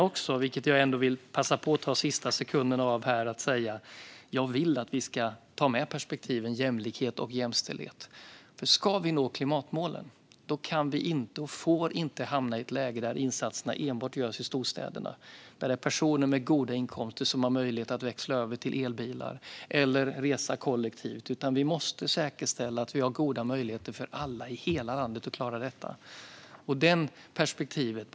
Jag vill också passa på att säga att jag vill att vi ska ta med perspektiven jämlikhet och jämställdhet. Ska vi nå klimatmålen kan och får vi inte hamna i ett läge där insatserna enbart görs i storstäderna och där det endast är personer med goda inkomster som har möjlighet att växla över till elbilar eller resa kollektivt. Vi måste säkerställa att vi har goda möjligheter för alla i hela landet att klara detta. Det är det perspektivet som behövs.